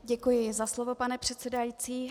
Děkuji za slovo, pane předsedající.